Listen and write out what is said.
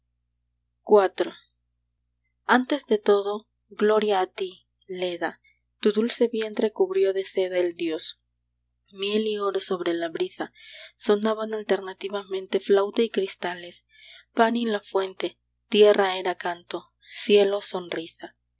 iv antes de todo gloria a ti leda tu dulce vientre cubrió de seda el dios miel y oro sobre la brisa sonaban alternativamente flauta y cristales pan y la fuente tierra era canto cielo sonrisa